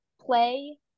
play